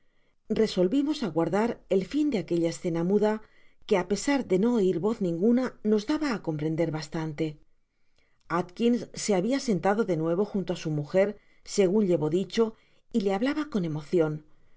resolvimos aguardar el fin deaquella escena muda que á pesar de noeir voz ninguna nos daba á comprender bastante atkios se habia sentado de nuevo junto á su mujer segun llevo dicho y le hablaba con emocion